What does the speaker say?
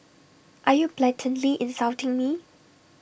are you blatantly insulting me